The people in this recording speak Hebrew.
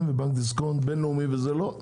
ובנק דיסקונט והבינלאומי ואחרים לא?